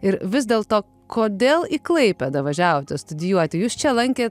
ir vis dėl to kodėl į klaipėdą važiavote studijuoti jus čia lankė